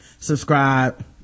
subscribe